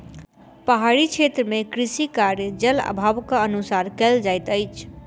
पहाड़ी क्षेत्र मे कृषि कार्य, जल अभावक अनुसार कयल जाइत अछि